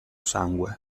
sangue